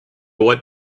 what